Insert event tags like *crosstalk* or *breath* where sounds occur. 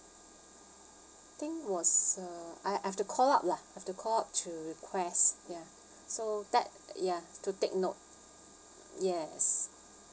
think was uh I I have to call up lah I have to call up to request ya *breath* so that ya to take note yes